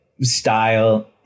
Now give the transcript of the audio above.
style